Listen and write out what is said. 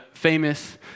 famous